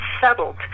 settled